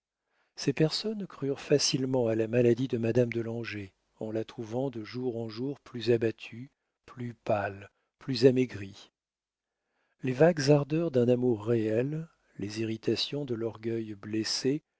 ces personnes crurent facilement à la maladie de madame de langeais en la trouvant de jour en jour plus abattue plus pâle plus amaigrie les vagues ardeurs d'un amour réel les irritations de l'orgueil blessé